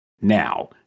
Now